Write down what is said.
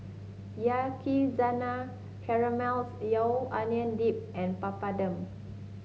Yakizakana Onion Dip and Papadum